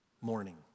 morning